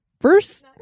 first